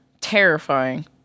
terrifying